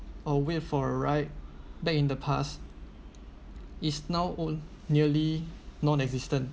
or wait for a ride back in the past is now own nearly nonexistent